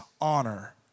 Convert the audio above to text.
honor